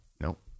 nope